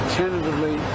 tentatively